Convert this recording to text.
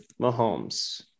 Mahomes